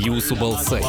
jūsų balsai